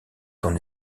ton